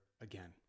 again